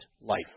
life